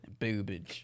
Boobage